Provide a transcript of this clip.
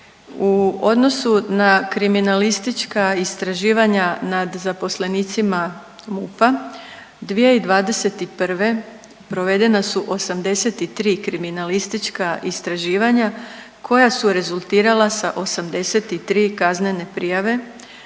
U odnosu na kriminalistička istraživanja nad zaposlenicima MUP-a 2021. provedena su 83 kriminalistička istraživanja koja su rezultirala sa 83 kaznene prijave